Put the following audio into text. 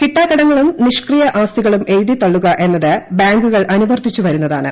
കിട്ടാക്കടങ്ങളും നിഷ്ക്രിയ ആസ്തികളും എഴുതിത്തള്ളുക എന്നത് ബാങ്കുകൾ അനുവർത്തിച്ചു വരുന്നതാണ്